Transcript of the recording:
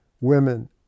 women